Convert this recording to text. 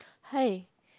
hi